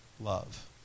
love